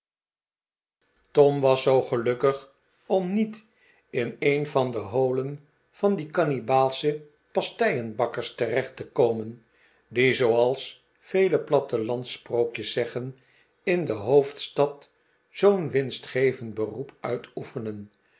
tom was zoo gelukkig om niet in een van de holen van die kannibaalsche pasteibakkers terecht te komen die zooals vele plattelandsprookjes zeggen in de hoofdstad zoo'n winstgevend beroep uitoefenen